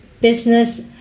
business